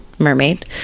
Mermaid